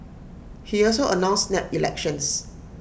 he also announced snap elections